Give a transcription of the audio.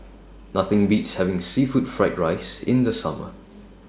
Nothing Beats having Seafood Fried Rice in The Summer